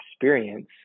experience